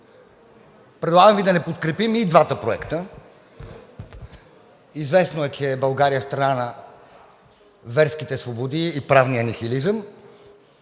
Предлагам Ви да не подкрепим и двата проекта. Известно е, че България е страна на верските свободи и правния нихилизъм.